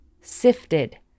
sifted